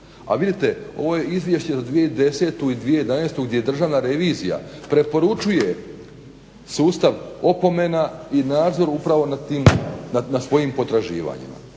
A vidite ovo je izvješće za 2010.i 2011.gdje Državna revizija preporučuje sustav opomena i nadzor upravo nad svojim potraživanjima.